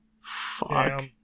Fuck